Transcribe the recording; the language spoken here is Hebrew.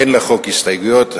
אין לחוק הסתייגויות.